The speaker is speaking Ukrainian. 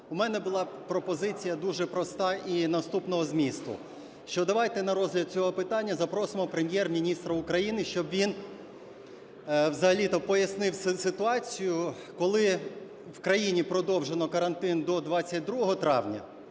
в мене була пропозиція, дуже проста і наступного змісту, що давайте на розгляд цього питання запросимо Прем'єр-міністра України, щоб він взагалі-то пояснив ситуацію, коли в країні продовжено карантин до 22 травня,